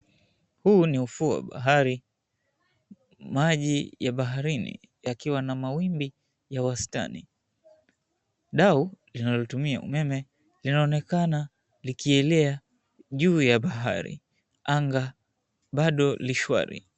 Huu ni ufuo wa bahari. Maji ya baharini yakiwa na mawimbi ya wastani. Dau linalotumia umeme, linaonekana likielea juu ya bahari. Anga bado li shwari.